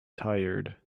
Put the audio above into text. tired